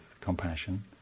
compassion